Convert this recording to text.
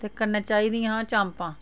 ते कन्नै चाहिदियां चाम्पां